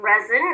resin